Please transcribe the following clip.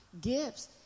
gifts